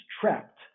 trapped